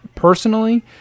Personally